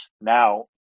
now